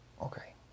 okay